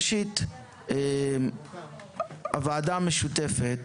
ראשית, הוועדה המשותפת